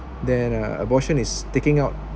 then uh abortion is taking out